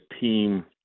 team